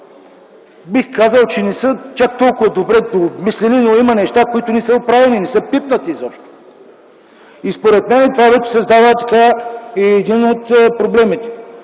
бих казал, че не са чак толкова добре обмислени. Има неща, които не са оправени, не са пипнати изобщо и според мен това вече създава един от проблемите.